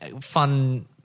fun